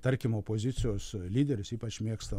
tarkim opozicijos lyderis ypač mėgsta